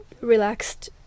relaxed